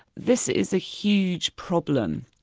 this is a huge problem,